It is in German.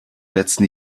letzten